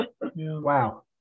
Wow